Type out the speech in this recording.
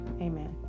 Amen